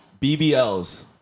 BBLs